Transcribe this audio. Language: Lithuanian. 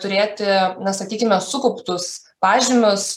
turėti sakykime sukauptus pažymius